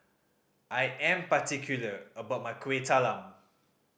I am particular about my Kuih Talam